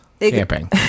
camping